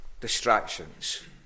distractions